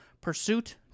pursuit